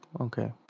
Okay